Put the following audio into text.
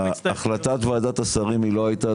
החלטת ועדת השרים היא לא הייתה,